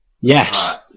Yes